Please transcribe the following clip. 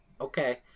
Okay